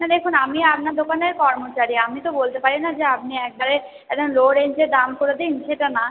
না দেখুন আমি আপনার দোকানের কর্মচারী আমি তো বলতে পারি না যে আপনি একবারে একদম লো রেঞ্জে দাম করে দিন সেটা না